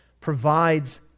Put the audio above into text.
provides